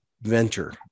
venture